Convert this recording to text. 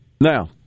Now